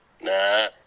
Nah